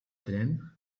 tren